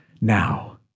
Now